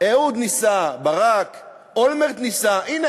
אהוד ברק ניסה, אולמרט ניסה.